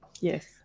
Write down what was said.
Yes